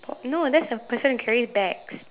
no that's a person who carries bags